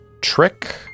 Trick